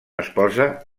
esposa